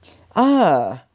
ah